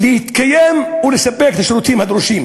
מלהתקיים ולספק את השירותים הדרושים.